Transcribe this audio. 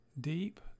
deep